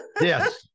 Yes